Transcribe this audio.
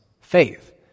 faith